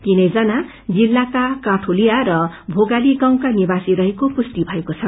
तीनैजना जिल्लाका काठोलिया र भागोली गाउँका निवासी रहेको पुष्टी भएको छ